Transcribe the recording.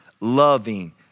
loving